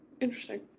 Interesting